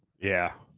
yeah.